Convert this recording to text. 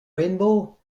rainbow